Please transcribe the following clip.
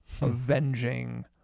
avenging